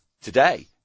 today